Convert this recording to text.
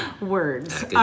Words